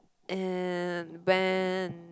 and when